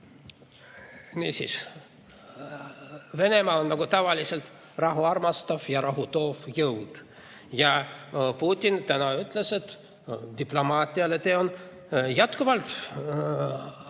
Niisiis, Venemaa on nagu tavaliselt rahuarmastav ja rahutoov jõud. Putin täna ütles, et diplomaatiale on tee jätkuvalt